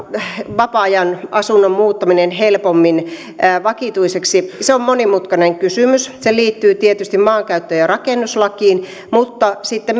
vapaa ajan asunnon muuttaminen helpommin vakituiseksi on monimutkainen kysymys se liittyy tietysti maankäyttö ja rakennuslakiin mutta sitten